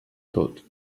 tot